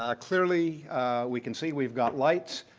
ah clearly we can see we've got lights.